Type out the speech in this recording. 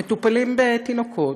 מטופלים בתינוקות,